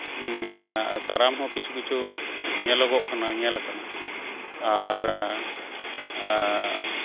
ᱠᱟᱨᱟᱢ ᱦᱚᱸ ᱠᱤᱪᱷᱩ ᱠᱤᱤᱪᱷᱩ ᱧᱮᱞᱚᱜᱚᱜ ᱠᱟᱱᱟ ᱧᱮᱞᱟᱠᱟᱱᱟ ᱟᱨ